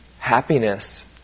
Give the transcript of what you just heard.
happiness